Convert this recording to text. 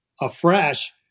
afresh